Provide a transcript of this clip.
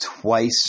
twice